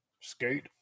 Skate